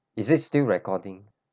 is it still recording